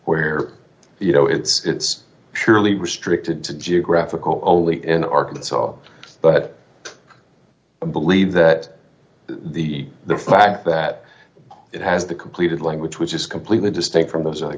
where you know it's purely restricted to geographical only in arkansas but i believe that the the fact that it has the completed language which is completely distinct from those